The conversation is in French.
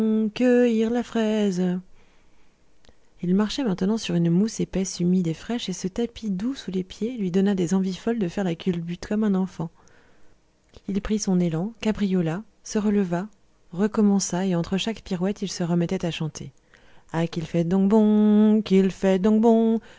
cueillir la fraise il marchait maintenant sur une mousse épaisse humide et fraîche et ce tapis doux sous les pieds lui donna des envies folles de faire la culbute comme un enfant il prit son élan cabriola se releva recommença et entre chaque pirouette il se remettait à chanter ah qu'il fait donc bon qu'il fait donc bon